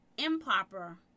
improper